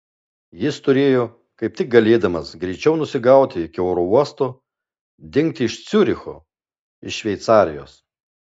jis turėjo kaip tik galėdamas greičiau nusigauti iki oro uosto dingti iš ciuricho iš šveicarijos